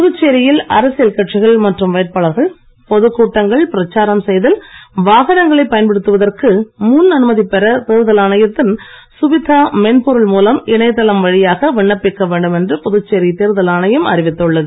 புதுச்சேரியில் அரசியல் கட்சிகள் மற்றும் வேட்பாளர்கள் பொதுக்கூட்டங்கள் செய்தல் வாகனங்களை பயன்படுத்துவதற்கு முன் அனுமதி பெற தேர்தல் ஆணையத்தின் சுவிதா மென் பொருள் மூலம் இணையதளம் வழியாக விண்ணப்பிக்க வேண்டும் என்று புதுச்சேரி தேர்தல் ஆணையம் அறிவித்துள்ளது